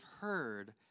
heard